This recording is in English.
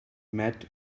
met